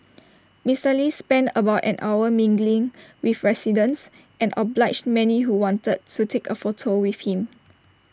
Mister lee spent about an hour mingling with residents and obliged many who wanted to take A photo with him